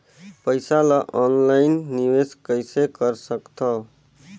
पईसा ल ऑनलाइन निवेश कइसे कर सकथव?